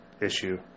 issue